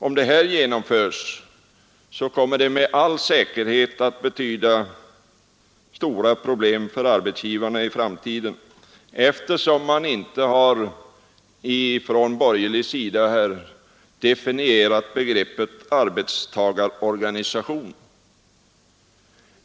Om det förslaget genomförs kommer det med all säkerhet att betyda stora problem för arbetsgivarna i framtiden, eftersom de borgerliga inte har definierat begreppet ”arbetstagarorganisation”.